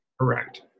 Correct